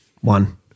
one